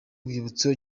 rwibutso